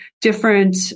different